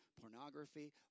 Pornography